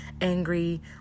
angry